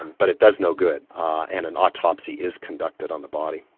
and but it does no good and an autopsy is conducted on the body.